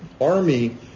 army